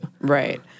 Right